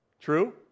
True